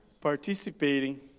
participating